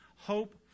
Hope